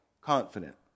confident